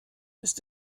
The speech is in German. ist